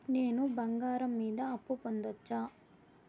నేను బంగారం మీద అప్పు పొందొచ్చా?